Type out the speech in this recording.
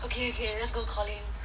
okay okay let's go Collins